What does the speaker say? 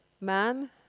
Man